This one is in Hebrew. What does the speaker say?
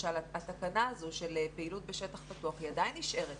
הסכנה הזאת של פעילות בשטח פתוח, היא עדיין נשארת.